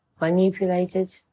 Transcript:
manipulated